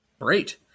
Great